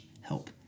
help